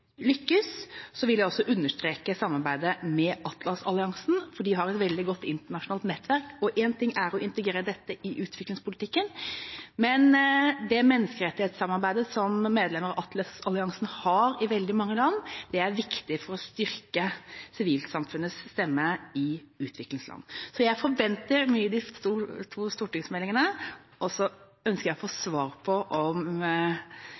lykkes. Jeg vil også understreke samarbeidet med Atlas-alliansen, for de har et veldig godt internasjonalt nettverk. Én ting er å integrere dette i utviklingspolitikken, men det menneskerettighetssamarbeidet som medlemmer av Atlas-alliansen har i veldig mange land, er viktig for å styrke sivilsamfunnets stemme i utviklingsland. Jeg forventer mye av de to stortingsmeldingene. Jeg ønsker også å få svar på om